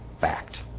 fact